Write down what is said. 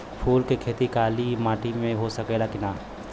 फूल के खेती काली माटी में हो सकेला की ना?